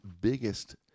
biggest